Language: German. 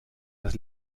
das